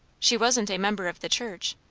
she wasn't a member of the church.